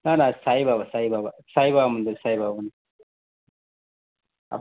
ના ના સાંઈબાબા સાંઈબાબા સાંઈબાબા મંદિર સાંઈબાબા મંદિર